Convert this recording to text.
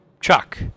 Chuck